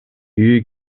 үйү